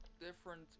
different